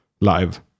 live